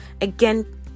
Again